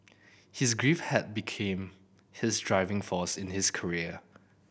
his grief had became his driving force in his career